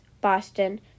Boston